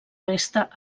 resta